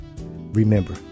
Remember